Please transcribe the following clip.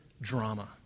drama